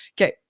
okay